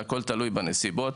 זה תלוי בנסיבות.